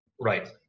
Right